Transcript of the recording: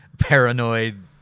paranoid